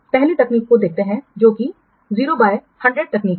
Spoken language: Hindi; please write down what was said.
अब पहली तकनीक को देखते हैं जो कि 0 बाय 100 तकनीक है